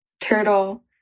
turtle